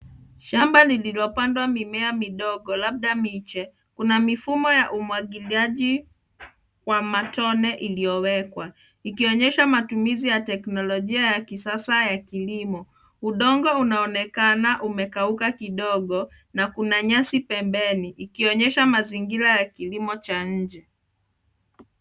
Shamba lililpandwa mimea midogo, labda miche. Kuna mifumo ya umwagiliaji wa matone iliyowekwa, ikionyesha matumizi ya teknolojia ya kisasa ya kilimo. Udongo unaonekana umekauka kidogo ,na kuna nyasi pembeni, ikionyesha mazingira ya kilimo cha nje.